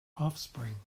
offspring